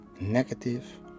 negative